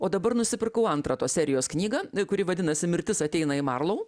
o dabar nusipirkau antrą tos serijos knygą kuri vadinasi mirtis ateina į marlau